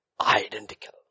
identical